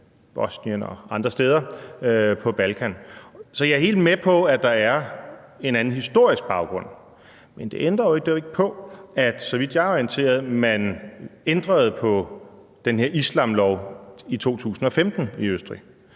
Bosnien og andre steder på Balkan. Så jeg er helt med på, at der er en anden historisk baggrund. Men det ændrer jo ikke på, at man, så vidt jeg er orienteret, ændrede på den her islamlov i 2015 i Østrig,